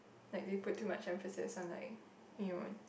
like they put too much emphasis on like you know